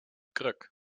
kruk